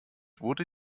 wurde